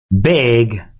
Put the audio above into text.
big